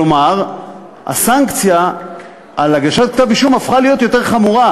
כלומר הסנקציה על הגשת כתב אישום הפכה להיות יותר חמורה,